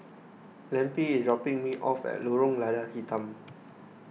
Lempi is dropping me off at Lorong Lada Hitam